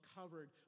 covered